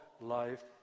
life